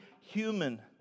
human